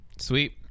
Sweet